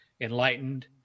enlightened